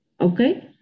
Okay